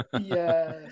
Yes